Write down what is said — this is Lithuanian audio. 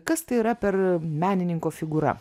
kas tai yra per menininko figūra